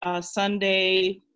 Sunday